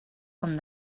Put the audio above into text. com